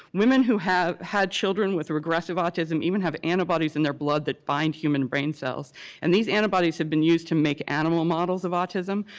women who have had children with regressive autism even have antibodies in their blood that bind human brain cells and these antibodies have been used to make animal models of autism.